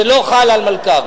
זה לא חל על מלכ"רים.